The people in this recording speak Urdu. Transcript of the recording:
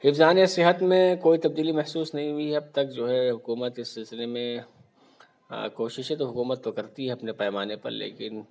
حفظانِ صحت میں کوئی تبدیلی محسوس نہیں ہوئی ہے اب تک جو ہے حکومت اِس سلسلے میں کوششیں تو حکومت تو کرتی ہے اپنے پیمانے پر لیکن